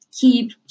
keep